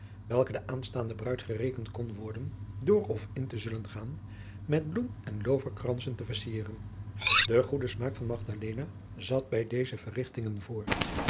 welke de aanstaande bruid gerekend kon worden door of in te zullen gaan met bloem en loverkransen te vercieren de goede smaak van magdalena zat bij deze verrichtingen voor